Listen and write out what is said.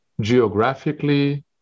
geographically